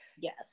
Yes